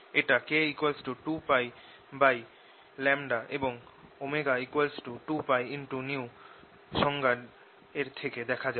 এটা k 2π এবং ω 2π সংজ্ঞা র থেকে দেখা যায়